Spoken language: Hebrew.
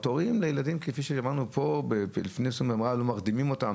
תורים לילדים, כפי ששמענו פה, שמרדימים אותם